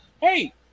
hey